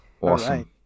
Awesome